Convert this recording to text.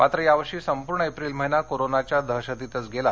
मात्र यावर्षी संपूर्ण एप्रिल महिना कोरोनाच्या दहशतीतच गेला